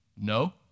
no